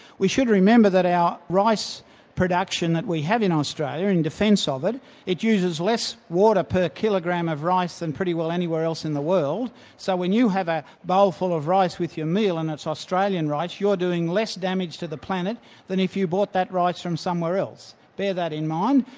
we should remember that our rice production that we have, in australia in defence ah of it, it uses less water per kilogram of rice than pretty well anywhere else in the world. so when you have a bowlful of rice with your meal and it's australian rice you're doing less damage to the planet than if you bought that rice from somewhere else. bear that in mind.